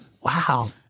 Wow